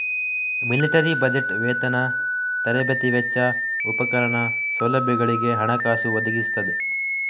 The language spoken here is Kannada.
ಮಿಲಿಟರಿ ಬಜೆಟ್ ವೇತನ, ತರಬೇತಿ ವೆಚ್ಚ, ಉಪಕರಣ, ಸೌಲಭ್ಯಗಳಿಗೆ ಹಣಕಾಸು ಒದಗಿಸ್ತದೆ